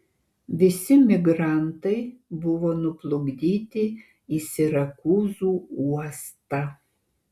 visi migrantai buvo nuplukdyti į sirakūzų uostą